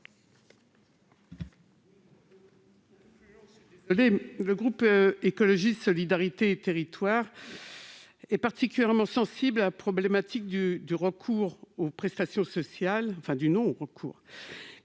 Le groupe Écologiste - Solidarité et Territoires est particulièrement sensible à la problématique du non-recours aux prestations sociales. Sa résorption